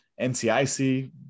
NCIC